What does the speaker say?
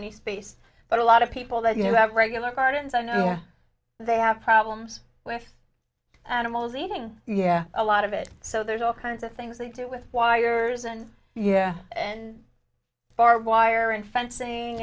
any space but a lot of people that you know have regular gardens i know they have problems with animals eating yeah a lot of it so there's all kinds of things they do with wires and yeah and barbed wire and fencing